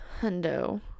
hundo